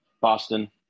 Boston